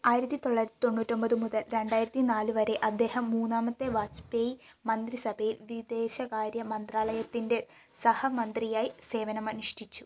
ആയിരത്തി തൊള്ളായിരത്തി തൊണ്ണൂറ്റി ഒൻപത് മുതൽ രണ്ടായിരത്തി നാല് വരെ അദ്ദേഹം മൂന്നാമത്തെ വാജ്പേയി മന്ത്രിസഭയിൽ വിദേശകാര്യ മന്ത്രാലയത്തിൻ്റെ സഹമന്ത്രിയായി സേവനമനുഷ്ഠിച്ചു